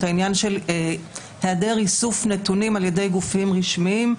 העניין של היעדר איסוף נתונים על ידי גופים רשמיים.